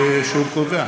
המרבי שהוא קובע.